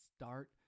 Start